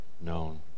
known